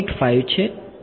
5 છે અને